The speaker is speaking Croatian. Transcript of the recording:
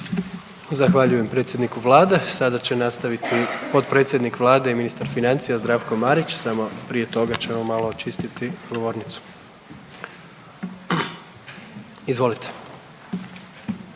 Zahvaljujem predsjedniku vlade, sada će nastaviti potpredsjednik vlade i ministar financija Zdravko Marić samo prije toga ćemo malo očistiti govornicu. Izvolite.